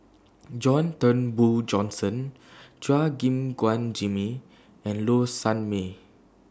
John Turnbull Thomson Chua Gim Guan Jimmy and Low Sanmay